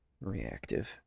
Reactive